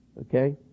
okay